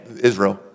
Israel